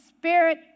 spirit